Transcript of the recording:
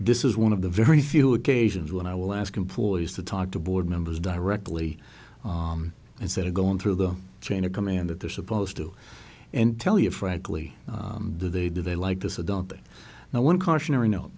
this is one of the very few occasions when i will ask employees to talk to board members directly instead of going through the chain of command that they're supposed to and tell you frankly do they do they like this adult now one cautionary no